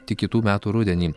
tik kitų metų rudenį